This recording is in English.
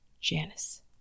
Janice